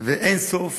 ואין סוף